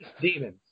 Demons